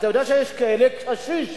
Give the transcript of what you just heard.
אתה יודע שיש כאלה, קשיש,